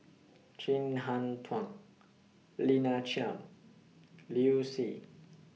Chin Harn Tong Lina Chiam Liu Si